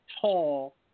tall